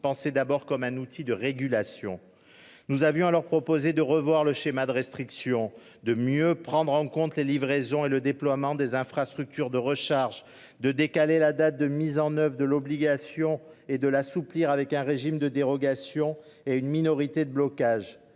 pensé d'abord comme un outil de régulation. Nous avons proposé de revoir le schéma de restriction, de mieux prendre en compte les livraisons et le déploiement des infrastructures de recharge, de décaler la date de mise en oeuvre de l'obligation et d'assouplir celle-ci au travers d'un régime de dérogation et d'une minorité de blocage.